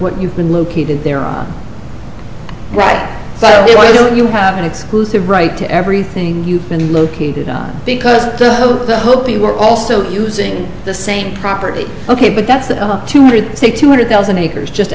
what you've been located there on the right so why don't you have an exclusive right to everything you've been located because the hopi were also using the same property ok but that's the two hundred six hundred thousand